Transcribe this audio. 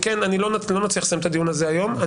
לא נצליח לסיים את הדיון הזה היום.